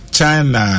China